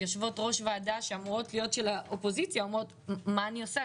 יושבות ראש ועדה שאמורות להיות של האופוזיציה אומרות: מה אני עושה?